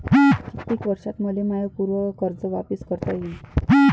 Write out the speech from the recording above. कितीक वर्षात मले माय पूर कर्ज वापिस करता येईन?